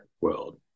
world